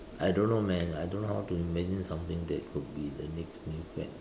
I don't know man I don't know how to imagine something that could be the next new fad